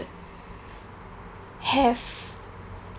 have